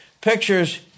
pictures